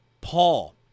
Paul